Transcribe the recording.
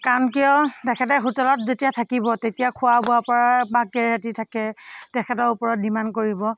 কাৰণ কিয় তেখেতে হোটেলত যেতিয়া থাকিব তেতিয়া খোৱা বোৱাৰ পৰা বা কেইৰাতি থাকে তেখেতৰ ওপৰত ডিমাণ্ড কৰিব